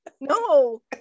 no